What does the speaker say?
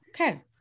Okay